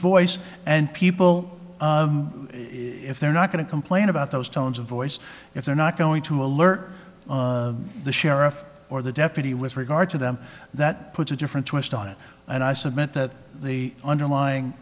voice and people if they're not going to complain about those tones of voice if they're not going to alert the sheriff or the deputy with regard to them that puts a different twist on it and i submit that the underlying